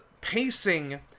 pacing